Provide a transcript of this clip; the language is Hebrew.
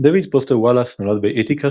דייוויד פוסטר וולאס נולד באית'קה